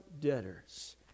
debtors